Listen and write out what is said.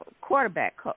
quarterback